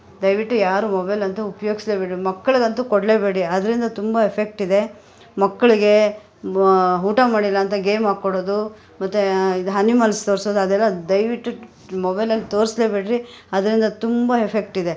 ದಯವಿಟ್ಟು ಯಾರು ಮೊಬೈಲ್ ಅಂತು ಉಪ್ಯೋಗಿಸ್ಲೆಬೇಡಿ ಮಕ್ಕಳಿಗಂತೂ ಕೊಡಲೇಬೇಡಿ ಅದರಿಂದ ತುಂಬ ಎಫೆಕ್ಟ್ ಇದೆ ಮಕ್ಕಳಿಗೇ ಊಟ ಮಾಡಿಲ್ಲ ಅಂತ ಗೇಮ್ ಹಾಕ್ಕೊಡೋದು ಮತ್ತು ಇದು ಹನಿಮಲ್ಸ್ ತೋರಿಸೋದು ಅದೆಲ್ಲ ದಯ್ವಿಟ್ಟು ಮೊಬೈಲಲ್ಲಿ ತೋರಿಸ್ಲೇಬೇಡ್ರಿ ಅದರಿಂದ ತುಂಬ ಎಫೆಕ್ಟ್ ಇದೆ